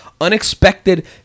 unexpected